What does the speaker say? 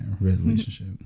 relationship